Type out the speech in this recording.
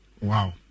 Wow